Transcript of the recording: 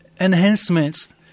enhancements